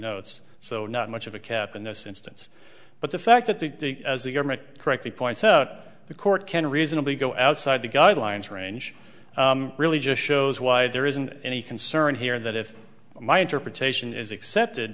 notes so not much of a cap in this instance but the fact that the government correctly points out the court can reasonably go outside the guidelines range really just shows why there isn't any concern here that if my interpretation is accepted